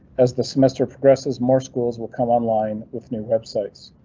as the semester progresses, more schools will come online with new websites.